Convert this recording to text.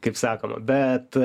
kaip sakoma bet